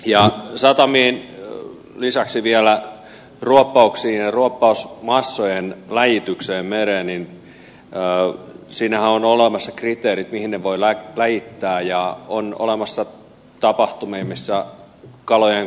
ja satamien lisäksi viola ruoppauksia ja ruoppaus massojen läjitykseen mereen ei auta siinä on olemassa kriteerit niin voi laittaa riittää ja on olemassa tapahtumiin missä kalojen